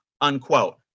unquote